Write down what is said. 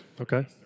Okay